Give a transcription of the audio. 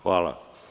Hvala.